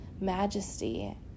majesty